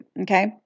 Okay